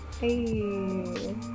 hey